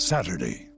Saturday